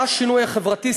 מה השינוי החברתי?